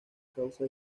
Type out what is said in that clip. causa